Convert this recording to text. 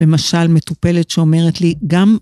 למשל, מטופלת שאומרת לי, גם